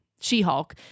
She-Hulk